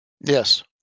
yes